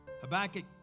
Habakkuk